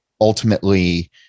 ultimately